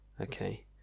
Okay